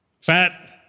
fat